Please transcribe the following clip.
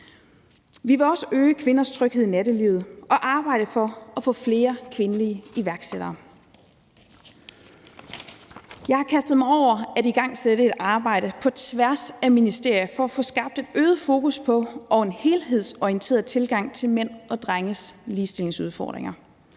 Vi vil også øge kvinders tryghed i nattelivet og arbejde for at få flere kvindelige iværksættere. Jeg har kastet mig over at igangsætte et arbejde på tværs af ministerier for at få skabt et øget fokus på og en helhedsorienteret tilgang til mænd og drenges ligestillingsudfordringer.